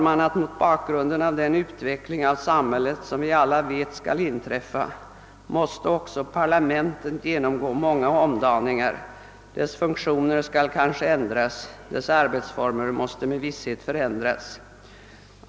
Mot bakgrunden av den utveckling av samhället som vi alla vet kommer att inträffa tror jag att också parlamentet måste genomgå många omdaningar, dess funktioner skall kanske ändras, dess arbetsformer måste med visshet förändras.